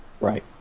right